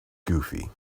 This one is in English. goofy